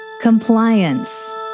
Compliance